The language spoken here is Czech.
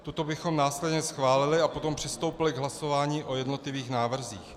Tuto bychom následně schválili a potom přistoupili k hlasování o jednotlivých návrzích.